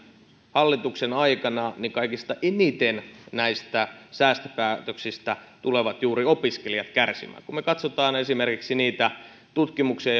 hallituksen aikana kaikista eniten näistä säästöpäätöksistä tulevat juuri opiskelijat kärsimään kun me katsomme esimerkiksi niitä tutkimuksia